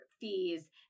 fees